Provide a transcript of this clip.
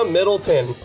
Middleton